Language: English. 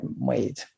made